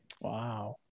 Wow